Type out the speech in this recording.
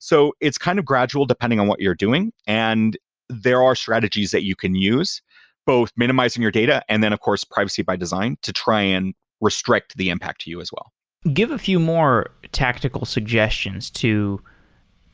so it's kind of gradual depending on what you're doing, and there are strategies that you can use both minimizing your data and then of course privacy by design to try and restrict the impact to you as well give a few more tactical suggestions to